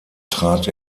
trat